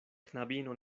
knabino